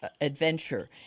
adventure